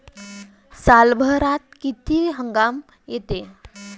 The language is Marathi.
सालभरात किती हंगाम येते?